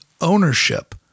ownership